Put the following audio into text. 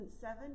seven